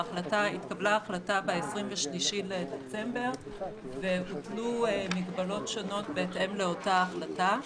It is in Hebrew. ההחלטה התקבלה ב-23 בדצמבר והוטלו מגבלות שונות בהתאם לאותה החלטה.